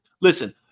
Listen